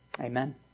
Amen